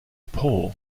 pohl